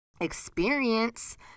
Experience